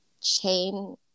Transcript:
chain